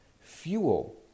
Fuel